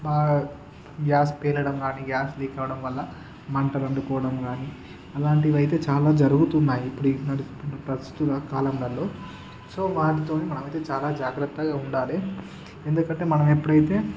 బాగా గ్యాస్ పేలడం కాని గ్యాస్ లీక్ అవ్వడం వల్ల మంటలు అంటుకోవడం కాని అలాంటివైతే చాలా జరుగుతున్నాయి ఇప్పుడన్న ఇప్పుడు ప్రస్తుతం కాలంలలో సో వాటితోని మనమైతే చాలా జాగ్రత్త ఉండాలి ఎందుకంటే మనం ఎప్పుడైతే